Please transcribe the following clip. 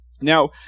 Now